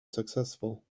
successful